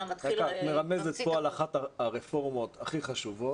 אלא מתחיל --- את מרמזת פה על אחת הרפורמות הכי חשובות,